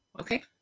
okay